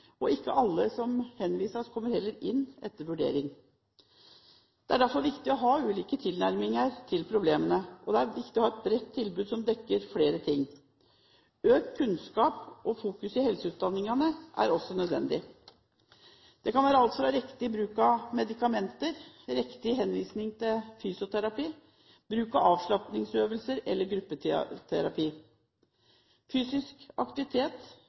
og ikke alle som henvises, kommer heller inn etter vurdering. Det er derfor viktig å ha ulike tilnærminger til problemene, og det er viktig å ha et bredt tilbud som dekker flere ting. Økt kunnskap og fokus på helseutdanningene er også nødvendig. Det kan være alt fra riktig bruk av medikamenter, riktig henvisning til fysioterapi, til bruk av avslapningsøvelser eller gruppeterapi. Fysisk aktivitet